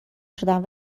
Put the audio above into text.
شدم